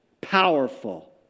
powerful